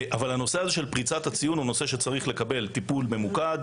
נושא פריצת הציון צריך לקבל טיפול ממוקד,